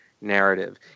narrative